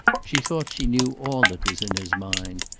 she thought she knew all that was in his mind,